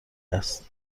است